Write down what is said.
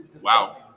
Wow